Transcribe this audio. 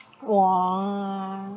!wah!